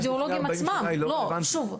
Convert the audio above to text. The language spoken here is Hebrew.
אני מדברת על הרדיולוגים עצמם, שוב.